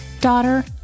daughter